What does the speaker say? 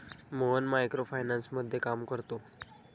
Mohan micro फायनान्समध्ये काम करतो